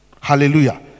hallelujah